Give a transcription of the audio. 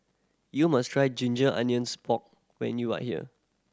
you must try ginger onions pork when you are here